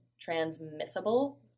transmissible